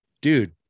dude